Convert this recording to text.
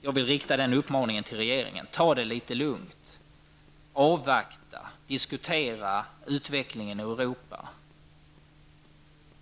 Jag vill rikta en uppmaning till regeringen: Ta det litet lugnt, avvakta och diskutera utvecklingen i Europa.